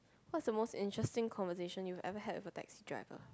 what's the most interesting conversation you ever had with a taxi driver